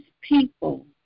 people